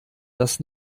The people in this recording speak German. das